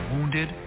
Wounded